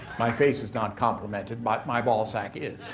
my face is not complimented by my ball sack is.